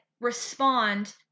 respond